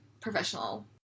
professional